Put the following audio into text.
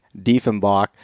Diefenbach